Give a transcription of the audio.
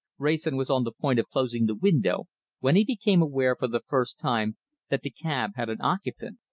wrayson was on the point of closing the window when he became aware for the first time that the cab had an occupant.